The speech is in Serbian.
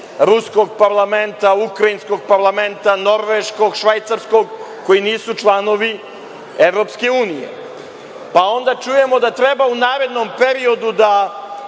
ruskog parlamenta, ukrajinskog parlamenta, norveškog, švajcarskog koji nisu članovi EU.Onda čujemo da treba u narednom periodu da